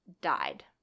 died